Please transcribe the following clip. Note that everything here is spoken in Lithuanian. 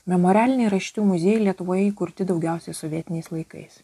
memorialiniai rašytojų muziejai lietuvoje įkurti daugiausiai sovietiniais laikais